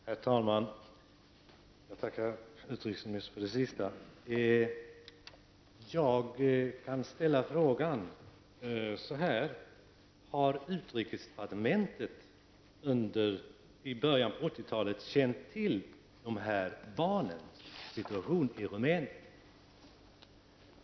Herr talman! Jag tackar utrikesministern för det senaste han sade. Har utrikesdepartementet sedan början av 80-talet känt till situationen för dessa barn i Rumänien?